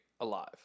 alive